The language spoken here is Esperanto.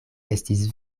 estis